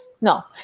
No